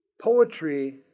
poetry